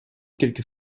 quelques